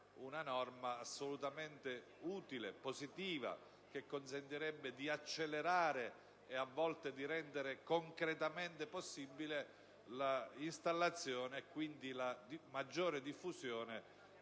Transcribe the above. una norma davvero utile e positiva, che consentirebbe di accelerare e a volte di rendere concretamente possibile l'installazione e quindi la maggiore diffusione